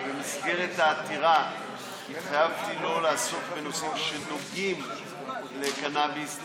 ובמסגרת העתירה התחייבתי שלא לעסוק בנושאים שנוגעים לקנביס,